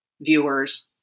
viewers